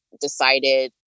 decided